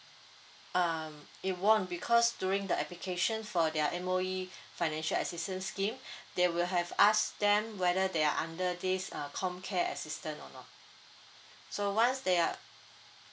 um it won't because during the application for their M_O_E financial assistance scheme they will have ask them whether they are under this uh comcare assistance or not so once they are